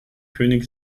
könig